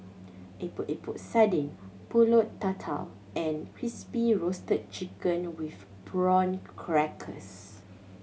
Epok Epok Sardin Pulut Tatal and Crispy Roasted Chicken with Prawn Crackers